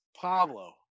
Pablo